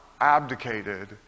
abdicated